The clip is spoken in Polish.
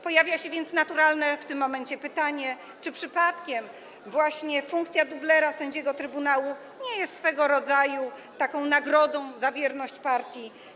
Pojawia się więc naturalne w tym momencie pytanie, czy przypadkiem właśnie funkcja dublera sędziego Trybunału nie jest swego rodzaju taką nagrodą za wierność partii.